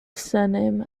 surname